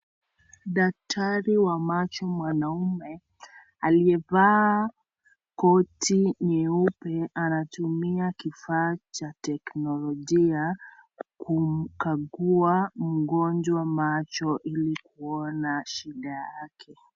Daktari wa macho mwanaume aliyevaa koti nyeupe anatumia kifaa cha teknolojia kumkagua mgonjwa macho ili kuona shida yake.